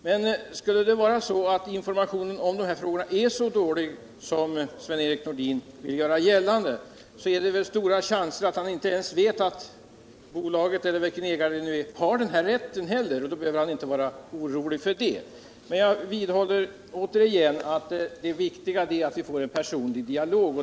Men skulle det vara så, att informationen om de här frågorna är så dålig som Sven-Erik Nordin vill göra gällande, är det väl stora chanser att han inte ens vet att bolaget eller den ägare det gäller har den här rätten, och då behöver han inte vara orolig för det. Men jag vidhåller att det viktiga är att vi får en personlig dialog.